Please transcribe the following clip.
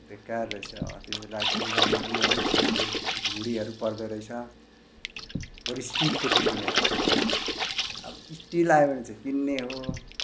बेकार रहेछ अँ त्यो लाग्दो पनि राम्रो पनि होइन छिट्टो त्यो ढुँडीहरू पर्दो रहेछ बरु स्टिलको ठिक हुने रहेछ हो अब स्टिल आयो भने चाहिँ किन्ने हो